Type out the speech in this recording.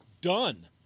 done